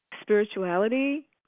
spirituality